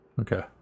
Okay